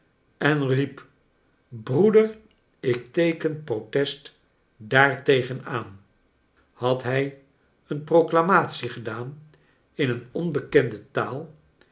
en riep broeder ik teeken protest daar tegen aan had hij een proclamatie gedaan in een onbekende taal